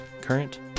Current